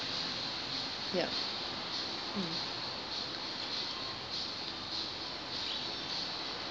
ya